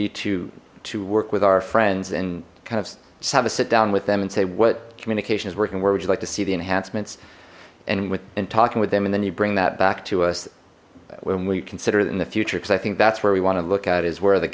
be to to work with our friends and kind of just have a sit down with them and say what communication is working where would you like to see the enhancements and within talking with them and then you bring that back to us when we consider it in the future because i think that's where we want to look at is where